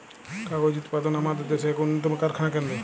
কাগজ উৎপাদন আমাদের দেশের এক উন্নতম কারখানা কেন্দ্র